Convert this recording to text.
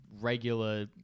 regular